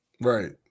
Right